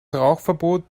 rauchverbot